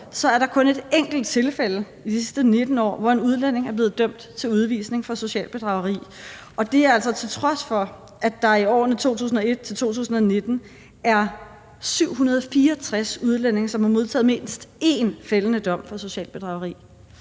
se, at der kun er et enkelt tilfælde de sidste 19 år, hvor en udlænding er blevet dømt til udvisning for socialt bedrageri, og det er altså til trods for, at der i årene 2001-2019 er 764 udlændinge, som har modtaget mindst én fældende dom for socialt bedrageri.